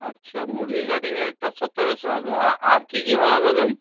আচ্ছা মুরগি কাটিংয়েরটা সতেরোশো হবে আর কি কি হবে বলুন